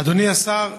אדוני השר,